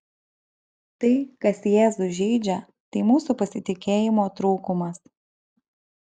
tai kas jėzų žeidžia tai mūsų pasitikėjimo trūkumas